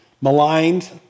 maligned